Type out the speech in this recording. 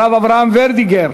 הרב אברהם ורדיגר